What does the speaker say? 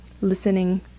listening